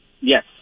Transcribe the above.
Yes